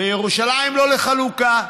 וירושלים היא לא לחלוקה,